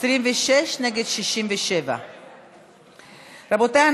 26 נגד 67. רבותיי,